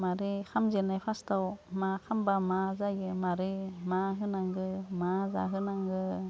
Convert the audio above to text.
मारै खामजेननाय फार्स्टआव मा खामबा मा जायो मारै मा होनांगो मा जाहोनांगो